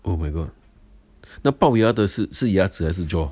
oh my god 那龅牙的是是牙齿还是 jaw